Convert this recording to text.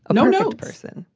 and normal person.